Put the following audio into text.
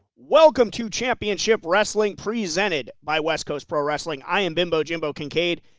welcome to championship wrestling, presented by west coast pro wrestling, i am bimbo jimbo kincaid,